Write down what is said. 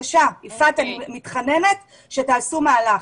יפעת, אני מתחננת שתעשו מהלך,